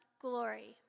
glory